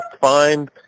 fine